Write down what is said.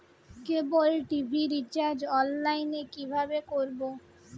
কেবল TV recharge online এ কিভাবে করব?